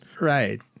Right